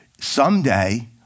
Someday